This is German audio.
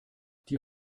die